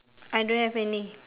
I don't have any